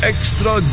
Extra